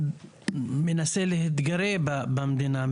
אני מנסה להתגרות במדינה,